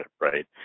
right